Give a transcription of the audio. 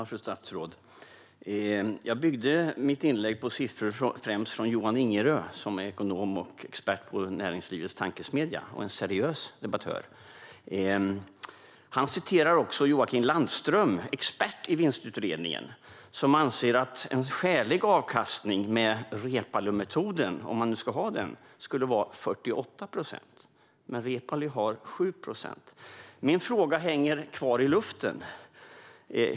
Fru talman! Jag byggde mitt inlägg på siffror främst från Johan Ingerö, som är ekonom och expert på Näringslivets Tankesmedja och en seriös debattör. Han citerar också Joachim Landström, expert i vinstutredningen, som anser att en skälig avkastning med Reepalumetoden - om man nu ska ha den - skulle vara 48 procent. Men Reepalu anser att det ska vara 7 procent. Min fråga hänger kvar i luften.